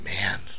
Man